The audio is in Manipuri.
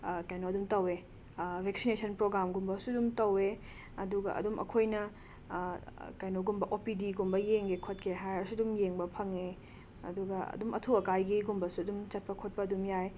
ꯀꯩꯅꯣ ꯑꯗꯨꯝ ꯇꯧꯋꯦ ꯚꯦꯛꯁꯤꯅꯦꯁꯟ ꯄ꯭ꯔꯣꯒ꯭ꯔꯥꯝꯒꯨꯝꯕꯁꯨ ꯑꯗꯨꯝ ꯇꯧꯋꯦ ꯑꯗꯨꯒ ꯑꯗꯨꯝ ꯑꯩꯈꯣꯏꯅ ꯀꯩꯅꯣꯒꯨꯝꯕ ꯑꯣ ꯄꯤ ꯗꯤꯒꯨꯝꯕ ꯌꯦꯡꯒꯦ ꯈꯣꯠꯀꯦ ꯍꯥꯏꯔꯁꯨ ꯑꯗꯨꯝ ꯌꯦꯡꯕ ꯐꯪꯉꯦ ꯑꯗꯨꯒ ꯑꯗꯨꯝ ꯑꯊꯨ ꯑꯀꯥꯏꯒꯤꯒꯨꯝꯕꯁꯨ ꯑꯗꯨꯝ ꯆꯠꯄ ꯈꯣꯠꯄ ꯑꯗꯨꯝ ꯌꯥꯏ